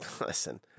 Listen